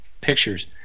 pictures